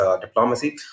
diplomacy